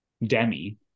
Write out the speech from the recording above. Demi